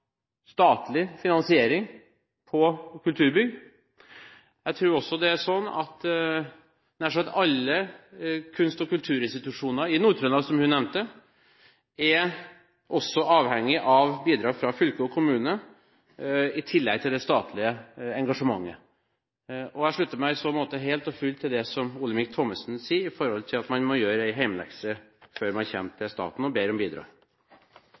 statlig finansiering på kulturbygg. Jeg tror også at nær sagt alle kunst- og kulturinstitusjoner i Nord-Trøndelag, som hun nevnte, er avhengige av bidrag fra fylke og kommune i tillegg til det statlige engasjementet. Jeg slutter meg i så måte helt og fullt til det representanten Olemic Thommessen sa når det gjelder at man må gjøre en hjemmelekse før man kommer til staten og ber om bidrag.